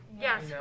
Yes